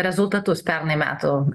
rezultatus pernai metų